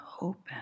open